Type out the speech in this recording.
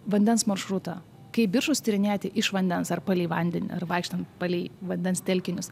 vandens maršrutą kaip biržus tyrinėti iš vandens ar palei vandenį ar vaikštant palei vandens telkinius